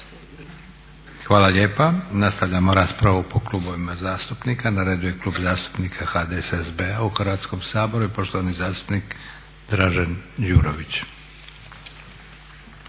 Hvala lijepa. Nastavljamo raspravu po klubovima zastupnika. Na redu je Klub zastupnika HDSSB-a u Hrvatskom saboru i poštovani zastupnik Dražen Đurović.